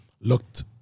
looked